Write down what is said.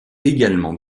également